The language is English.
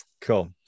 Cool